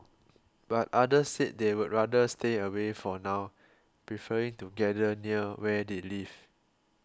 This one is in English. but others said they would rather stay away for now preferring to gather near where they live